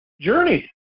journey